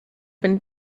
and